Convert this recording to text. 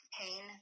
pain